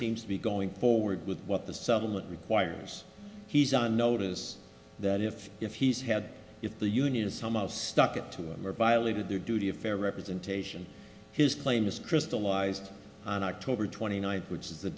seems to be going forward with what the subtle it requires he's on notice that if if he's had if the unions some of stuck it to him or violated their duty of fair representation his claim is crystallized on october twenty ninth which is the